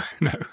no